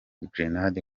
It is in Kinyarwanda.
grenade